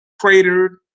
cratered